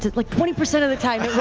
like twenty percent of the time